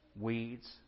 weeds